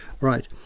Right